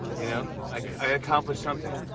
you know? i accomplished something.